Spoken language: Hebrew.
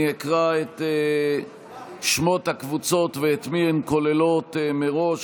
אני אקרא את שמות הקבוצות ואת מי הן כוללות מראש,